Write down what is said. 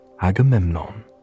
Agamemnon